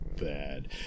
bad